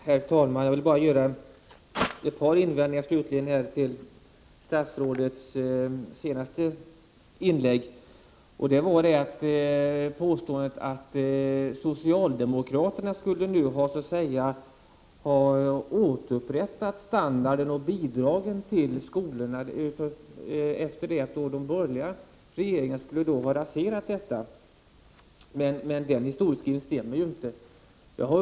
Herr talman! Jag vill göra ett par invändningar mot statsrådets senaste inlägg. Han påstod att socialdemokraterna nu har återupprättat standarden och bidragen till skolorna efter det att de borgerliga regeringarna hade raserat dem. Den historieskrivningen stämmer inte.